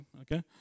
Okay